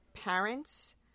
parents